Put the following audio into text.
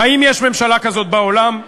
האם יש ממשלה כזאת בעולם?